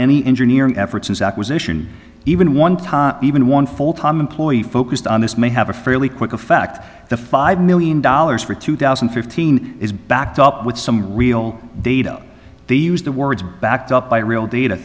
any engineering efforts this acquisition even one time even one full time employee focused on this may have a fairly quick effect the five million dollars for two thousand and fifteen is backed up with some real data they used the words backed up by real data